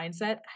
mindset